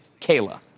Kayla